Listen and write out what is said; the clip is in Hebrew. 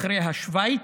ואחריה שווייץ,